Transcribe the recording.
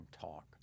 talk